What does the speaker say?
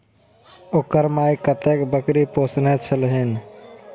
ओकर माइ कतेको बकरी पोसने छलीह